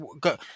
Go